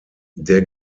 der